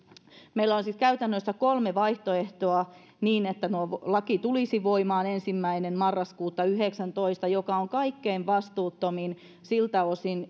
meillä on siis käytännössä kolme vaihtoehtoa se että laki tulisi voimaan ensimmäinen marraskuuta yhdeksäntoista mikä on kaikkein vastuuttomin siltä osin